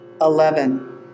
Eleven